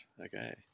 okay